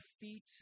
feet